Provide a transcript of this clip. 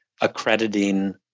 accrediting